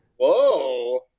Whoa